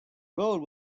road